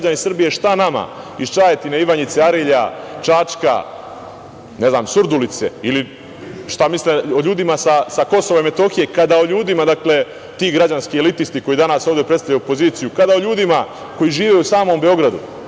kada o ljudima koji žive u samom Beogradu,